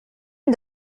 and